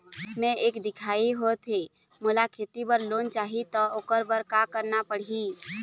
मैं एक दिखाही होथे मोला खेती बर लोन चाही त ओकर बर का का करना पड़ही?